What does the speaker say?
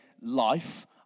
life